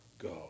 go